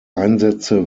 einsätze